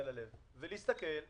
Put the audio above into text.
על כל פנים, צריך לתקן בו דברים.